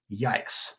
yikes